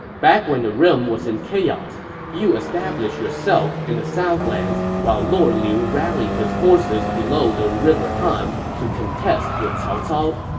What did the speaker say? back when the realm was in chaos, you established yourself in the southlands, while lord liu rallied his forces below the river han to contest with cao cao,